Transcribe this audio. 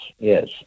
Yes